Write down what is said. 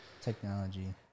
Technology